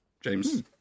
James